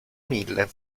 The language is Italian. mille